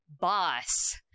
boss